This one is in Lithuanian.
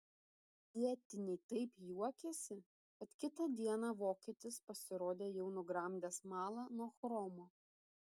vietiniai taip juokėsi kad kitą dieną vokietis pasirodė jau nugramdęs smalą nuo chromo